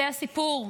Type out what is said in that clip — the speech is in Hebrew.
זה הסיפור,